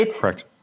Correct